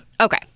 Okay